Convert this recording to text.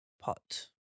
Pot